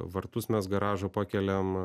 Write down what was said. vartus mes garažo pakeliam